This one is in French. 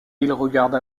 regarde